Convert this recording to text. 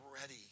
ready